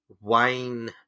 wine